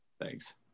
Thanks